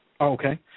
Okay